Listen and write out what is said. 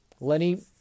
Lenny